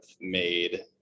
made